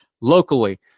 locally